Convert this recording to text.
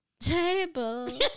table